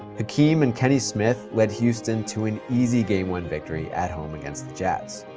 hakeem and kenny smith led houston to an easy game one victory at home against the jazz.